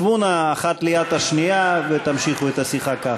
שבו נא אחת ליד השנייה ותמשיכו את השיחה כך.